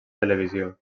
televisió